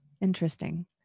Interesting